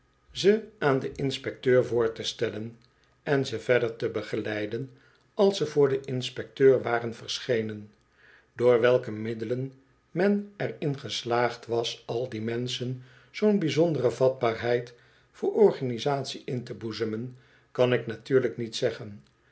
ze aan den inspecteur voor te stellen en ze verder te begeleiden als ze voor den inspecteur waren verschenen door welke middelen men er in geslaagd was al die menschen zoo'n bijzondere vatbaarheid voor organisatie in te boezemen kan ik natuurlijk niet zeggen